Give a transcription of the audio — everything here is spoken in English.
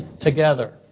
together